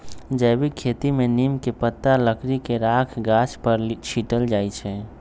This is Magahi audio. जैविक खेती में नीम के पत्ता, लकड़ी के राख गाछ पर छिट्ल जाइ छै